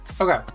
Okay